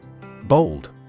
Bold